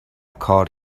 کار